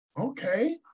okay